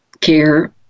care